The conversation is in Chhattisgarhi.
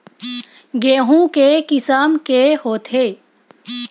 गेहूं के किसम के होथे?